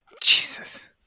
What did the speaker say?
Jesus